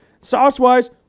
Sauce-wise